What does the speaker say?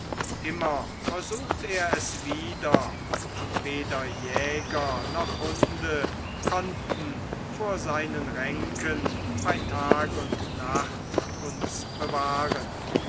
immer versucht er es wieder und weder jäger noch hunde konnten vor seinen ränken bei tag und nacht uns bewahren